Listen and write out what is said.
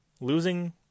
losing